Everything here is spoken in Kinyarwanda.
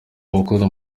umukunda